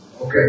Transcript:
Okay